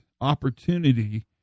opportunity